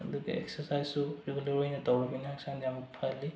ꯑꯗꯨꯒ ꯑꯦꯛꯁꯔꯁꯥꯏꯖꯁꯨ ꯔꯤꯒꯨꯂꯔ ꯑꯣꯏꯅ ꯇꯧꯔꯕꯅꯤꯅ ꯍꯛꯆꯥꯡꯗ ꯌꯥꯝ ꯐꯍꯜꯂꯤ